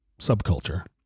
subculture